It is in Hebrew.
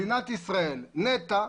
מדינת ישראל, נת"ע,